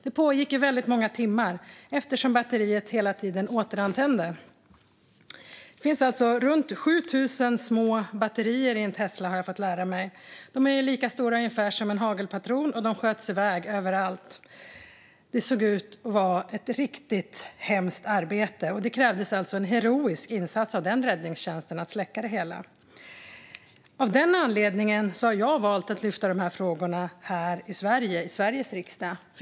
Den pågick i väldigt många timmar eftersom batteriet hela tiden återantände. Det finns runt 7 000 små batterier i en Tesla, har jag fått lära mig. De är ungefär lika stora som en hagelpatron, och de sköts iväg överallt. Det såg ut att vara ett riktigt hemskt arbete, och det krävdes en heroisk insats av räddningstjänsten för att släcka det hela. Av den anledningen har jag valt att lyfta fram de här frågorna här i Sveriges riksdag.